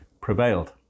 prevailed